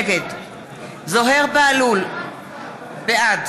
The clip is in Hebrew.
נגד זוהיר בהלול, בעד